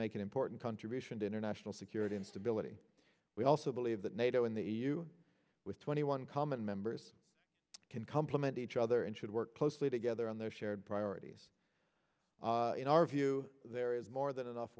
make an important contribution to international security and stability we also believe that nato and the e u with twenty one common members can complement each other and should work closely together on their shared priorities in our view there is more than enough